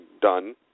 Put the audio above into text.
done